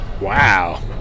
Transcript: Wow